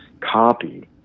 copy